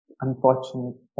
Unfortunate